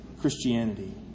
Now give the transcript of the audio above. Christianity